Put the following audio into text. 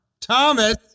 Thomas